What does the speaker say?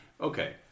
okay